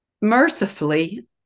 mercifully